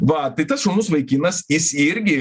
va tai tas šaunus vaikinas jis irgi